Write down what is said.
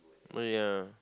money ya